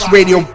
Radio